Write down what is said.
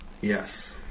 Yes